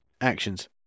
actions